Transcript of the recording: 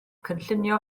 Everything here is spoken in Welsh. cynllunio